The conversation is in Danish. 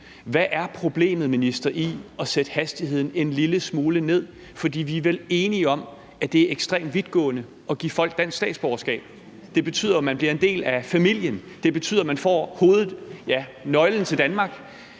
Hvad er problemet, minister, i at sætte hastigheden en lille smule ned, for vi er vel enige om, at det er ekstremt vidtgående at give folk dansk statsborgerskab? Det betyder jo, at man bliver en del af familien; det betyder, at man får nøglen til Danmark,